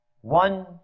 One